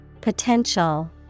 Potential